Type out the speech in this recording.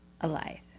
alive